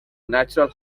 natural